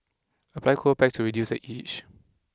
apply cold packs to reduce the itch